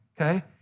okay